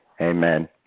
Amen